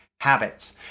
habits